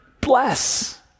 bless